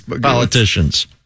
politicians